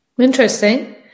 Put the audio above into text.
Interesting